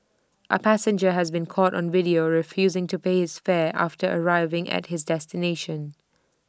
A passenger has been caught on video refusing to pay his fare after arriving at his destination